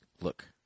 Look